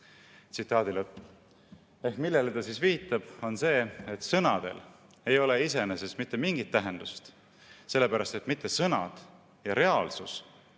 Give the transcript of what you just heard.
midagi."" Ehk ta siis viitab sellele, et sõnadel ei ole iseenesest mitte mingit tähendust, sellepärast et mitte sõnad ja reaalsus,